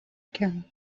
calme